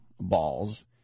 balls